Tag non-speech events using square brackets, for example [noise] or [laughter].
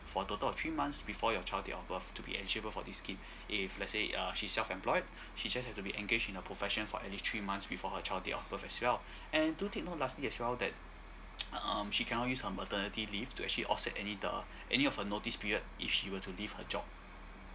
for total of three months before your child of birth to be eligible for this scheme if let's say uh she's self employed she just have to be engaged in a profession for at least three months before her child date of birth as well and to take note lastly as well that [breath] um she cannot use her maternity leave to actually offset any the any of her notice period if she were to leave her job